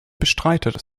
bestreitet